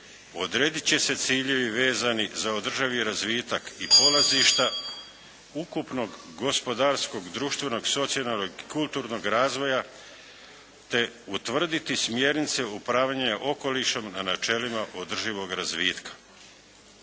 odrediti će se ciljevi vezani za održivi razvitak i polazišta ukupnog gospodarskog, društvenog, socijalnog i kulturnog razvoja te utvrditi smjernice upravljanja okolišem, a na načelima održivog razvitka.